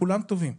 כולם טובים.